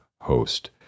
host